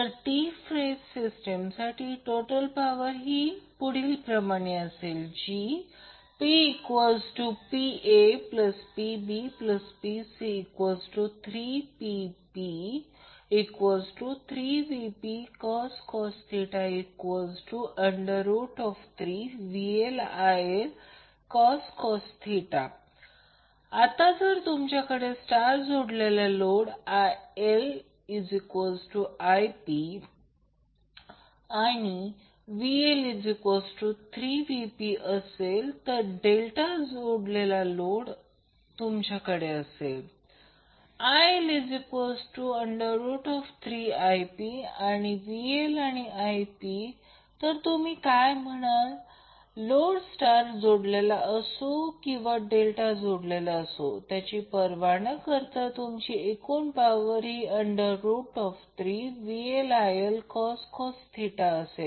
तर three phase सिस्टीमसाठी total power अशी असेल PPaPbPc3Pp3VpIpcos 3VLILcos आता जर तुमच्याकडे स्टार जोडलेला लोड ILIp आणि VL3Vp असेल डेल्टा जोडलेला लोड असेल IL3Ip आणि VLVp तर तुम्ही काय म्हणाल लोड स्टार जोडलेला असो किंवा डेल्टा जोडलेला असो त्याची पर्वा न करता तुमची एकूण पॉवर ही3VLILcos असेल